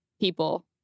people